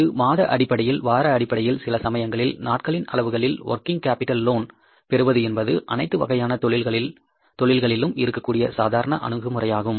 இது மாத அடிப்படையில் வார அடிப்படையில் சில சமயங்களில் நாட்களின் அளவுகளில் ஒர்கிங் கேப்பிடல் லோன் பெறுவது என்பது அனைத்து வகையான தொழில்களிலும் இருக்கக்கூடிய சாதாரண அணுகுமுறையாகும்